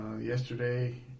yesterday